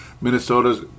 Minnesota's